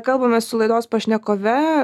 kalbamės su laidos pašnekove